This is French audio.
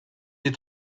des